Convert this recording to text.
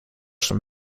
some